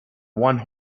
one